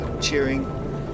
cheering